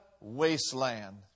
wasteland